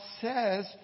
says